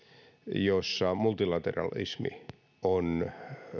jossa multilateralismi on